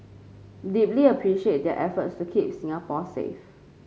deeply appreciate their efforts to keep Singapore safe